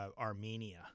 Armenia